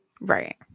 Right